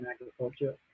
agriculture